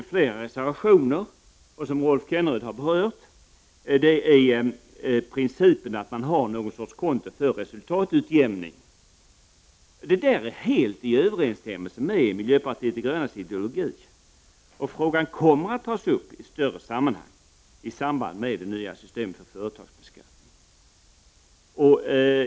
I flera reservationer har principen med ett konto för resultatutjämning kommit upp. Även Rolf Kenneryd tog upp detta i sitt anförande. Det är helt i överensstämmelse med miljöpartiet de grönas ideologi, och frågan kommer att tas uppi ett större sammanhang i samband med det nya systemet för företagsbeskattning.